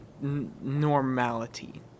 normality